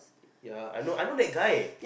yeah I know I know that guy